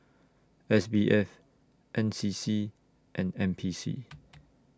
S B F N C C and N P C